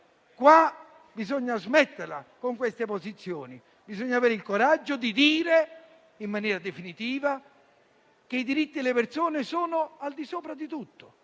Bisogna smetterla con queste posizioni e avere il coraggio di dire in maniera definitiva che i diritti delle persone sono al di sopra di tutto,